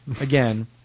again